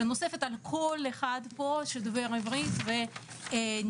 שנוספת על כל אחד פה שדובר עברית ונתקל